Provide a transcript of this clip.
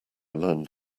learned